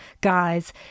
guys